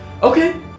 Okay